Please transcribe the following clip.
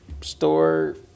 store